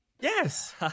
yes